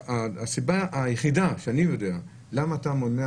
הסיבה היחידה שאני יודע אותה,